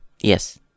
Yes